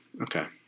Okay